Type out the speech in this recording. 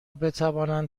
بتوانند